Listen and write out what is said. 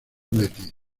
betis